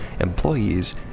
employees